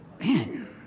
Man